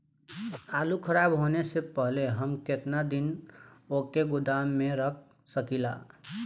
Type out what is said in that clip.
आलूखराब होने से पहले हम केतना दिन वोके गोदाम में रख सकिला?